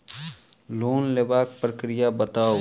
Loan लेबाक प्रक्रिया बताऊ?